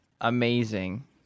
amazing